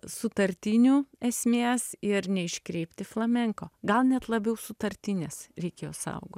sutartinių esmės ir neiškreipti flamenko gal net labiau sutartines reikėjo saugot